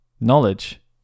knowledge